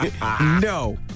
No